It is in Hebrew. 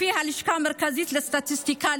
לפי הלשכה המרכזית לסטטיסטיקה,